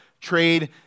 trade